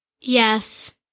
Yes